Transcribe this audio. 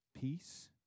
peace